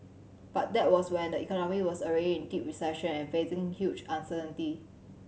but that was when the economy was already in deep recession and facing huge uncertainty